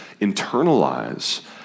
internalize